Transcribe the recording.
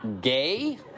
gay